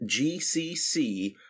GCC